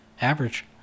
average